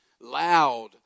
loud